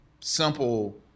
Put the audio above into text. simple